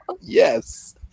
Yes